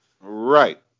Right